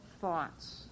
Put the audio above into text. thoughts